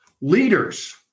Leaders